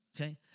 okay